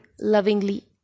lovingly